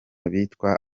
bitwa